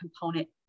component